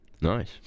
Nice